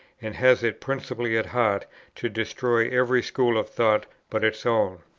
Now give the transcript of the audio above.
and has it principally at heart to destroy every school of thought but its own.